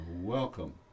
welcome